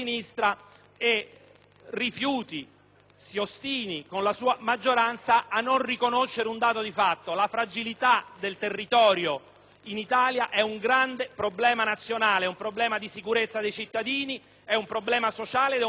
che rifiuti, si ostini con la sua maggioranza a non riconoscere un dato di fatto: la fragilità del territorio in Italia è un grande problema nazionale, un problema di sicurezza dei cittadini, un problema sociale ed anche economico,